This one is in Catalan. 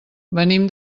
venim